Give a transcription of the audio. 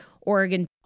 Oregon